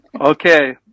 Okay